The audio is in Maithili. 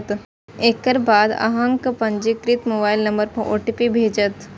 एकर बाद अहांक पंजीकृत मोबाइल नंबर पर ओ.टी.पी भेटत